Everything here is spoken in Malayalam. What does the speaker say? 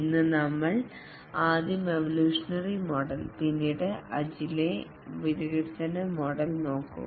ഇന്ന് നമ്മൾ ആദ്യം എവൊല്യൂഷനറി മോഡൽ പിന്നീട് അജിലെ ഡെവെലപ്മെന്റ് മോഡൽ നോക്കും